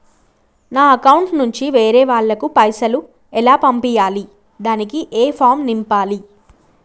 నా అకౌంట్ నుంచి వేరే వాళ్ళకు పైసలు ఎలా పంపియ్యాలి దానికి ఏ ఫామ్ నింపాలి?